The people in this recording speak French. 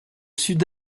sud